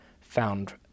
found